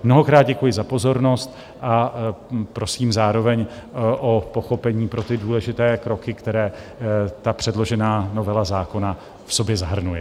Mnohokrát děkuji za pozornost a prosím zároveň o pochopení pro důležité kroky, které předložená novela zákona v sobě zahrnuje.